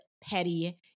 petty